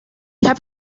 herr